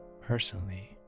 personally